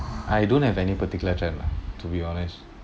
I don't have any particular trend lah to be honest